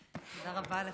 תודה רבה לך.